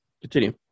continue